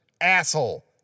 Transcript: Asshole